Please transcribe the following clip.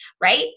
Right